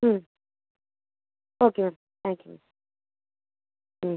ம் okay ma'am thank you ma'am ம்